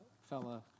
fella